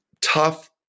Tough